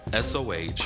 SOH